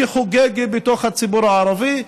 שחוגג בתוך הציבור הערבי,